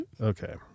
Okay